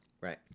right